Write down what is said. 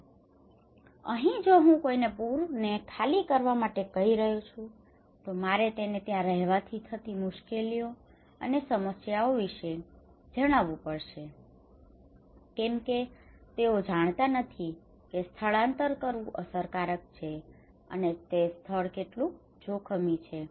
તેથી અહીં જો હું કોઈને પૂરને ખાલી કરાવવા માટે કહી રહ્યો છું તો મારે તેને ત્યાં રહેવાથી થતી મુશ્કેલીઓ અને સમસ્યાઓ વિશે તેમને જણાવું પડશે કેમ કે તેઓ જાણતા નથી કે સ્થળાંતર કરવું અસરકારક છે અને તે સ્થળ કેટલું જોખમી છે